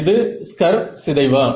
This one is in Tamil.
இது ஸ்கர் சிதைவா